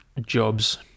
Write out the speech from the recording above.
jobs